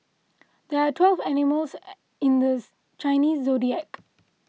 there are twelve animals in the Chinese zodiac